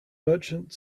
merchant